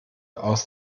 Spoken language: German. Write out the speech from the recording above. aus